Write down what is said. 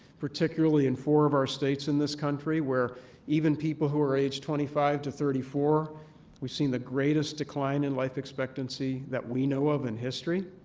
particularly in four of our states in this country where even people who are aged twenty five to thirty four we've seen the greatest decline in life expectancy that we know of in history.